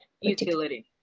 utility